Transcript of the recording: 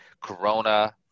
Corona